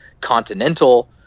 continental